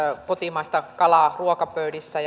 kotimaista kalaa ruokapöydissä